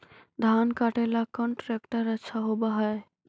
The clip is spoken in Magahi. धान कटे ला कौन ट्रैक्टर अच्छा होबा है?